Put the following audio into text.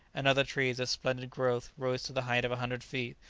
and other trees of splendid growth rose to the height of a hundred feet,